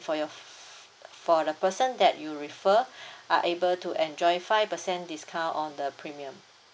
for your for the person that you refer are able to enjoy five percent discount on the premium